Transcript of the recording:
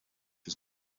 was